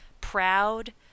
proud